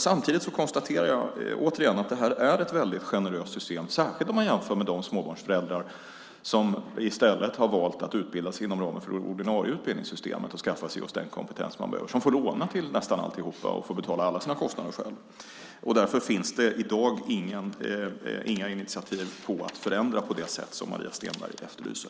Samtidigt konstaterar jag återigen att det här är ett väldigt generöst system, särskilt om man jämför med de småbarnsföräldrar som i stället har valt att utbilda sig inom ramen för det ordinarie utbildningssystemet och skaffa sig just den kompetens de behöver. De får låna till nästan alltihop och får betala alla sina kostnader själva. Därför finns det i dag inga initiativ när det gäller att förändra på det sätt som Maria Stenberg efterlyser.